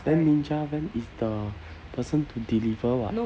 then ninja van is the person to deliver [what]